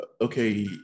okay